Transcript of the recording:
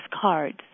cards